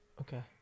Okay